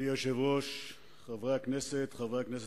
סובל מזה העם היהודי שחי כאן וסובל מזה העם הערבי.